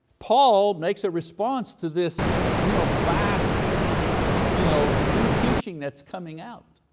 paul makes a response to this you know vast you know new teaching that's coming out,